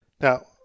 Now